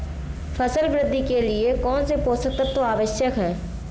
फसल वृद्धि के लिए कौनसे पोषक तत्व आवश्यक हैं?